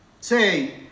say